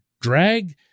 drag